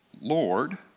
Lord